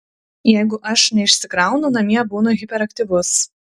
jeigu aš neišsikraunu namie būnu hiperaktyvus